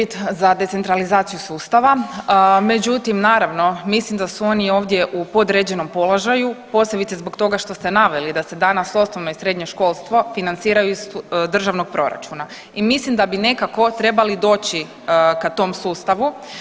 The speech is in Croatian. Pa ja ću uvijek bit za decentralizaciju sustava, međutim naravno mislim da su oni ovdje u podređenom položaju, posebice zbog toga što ste naveli da se danas osnovno i srednje školstvo financiraju iz državnog proračuna i mislim da bi nekako trebali doći ka tom sustavu.